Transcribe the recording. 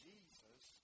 Jesus